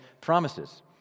promises